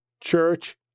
church